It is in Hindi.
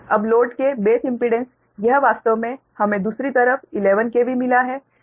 अब लोड के बेस इम्पीडेंस यह वास्तव में हमें दूसरी तरफ 11 KV मिला है